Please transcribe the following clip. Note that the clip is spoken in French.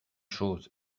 chose